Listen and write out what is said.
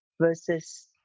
versus